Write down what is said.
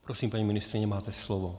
Prosím, paní ministryně, máte slovo.